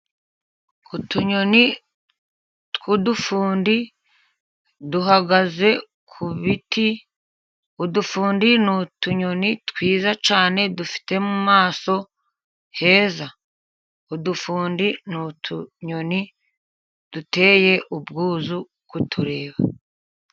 Utunyoni tw'udufundi duhagaze ku biti, udufundi ni utunyoni twiza cyane, dufite mu maso heza. Udufundi ni utunyoni duteye ubwuzu kutureba.